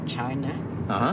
China